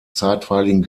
zeitweiligen